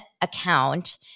account